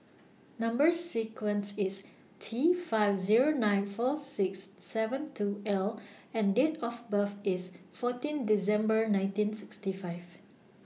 Number sequence IS T five Zero nine four six seven two L and Date of birth IS fourteen December nineteen sixty five